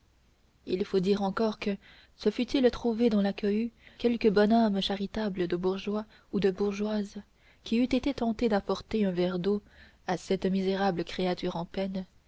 il faut dire encore que se fût-il trouvé dans la cohue quelque bonne âme charitable de bourgeois ou de bourgeoise qui eût été tentée d'apporter un verre d'eau à cette misérable créature en peine